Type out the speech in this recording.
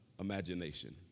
imagination